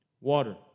water